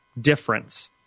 difference